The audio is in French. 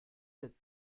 cette